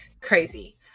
crazy